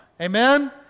amen